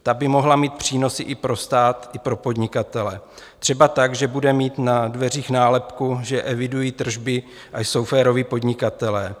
Ta by mohla mít přínosy pro stát i pro podnikatele, třeba tak, že budou mít na dveřích nálepku, že evidují tržby a jsou féroví podnikatelé.